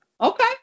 Okay